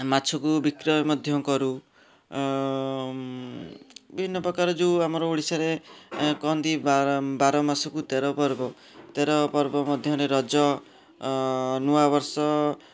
ମାଛକୁ ବିକ୍ରୟ ମଧ୍ୟ କରୁ ବିଭିନ୍ନ ପ୍ରକାର ଯେଉଁ ଆମର ଓଡ଼ିଶାରେ କହନ୍ତି ବାର ବାର ମାସକୁ ତେର ପର୍ବ ତେର ପର୍ବ ମଧ୍ୟରେ ରଜ ନୂଆ ବର୍ଷ